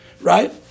Right